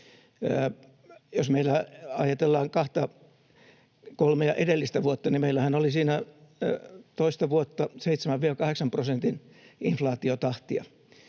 Jos ajatellaan kahta kolmea edellistä vuotta, niin meillähän oli siinä toista vuotta 7—8 prosentin inflaatiotahtia,